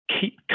keep